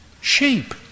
Sheep